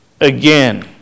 again